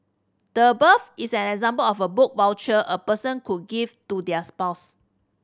the above is an example of a book voucher a person could give to their spouse